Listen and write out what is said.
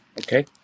Okay